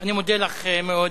אני מודה לך מאוד.